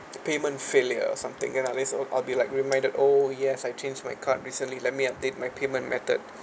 payment failure or something then at least uh I'll be like reminded oh yes I changed my card recently let me update my payment method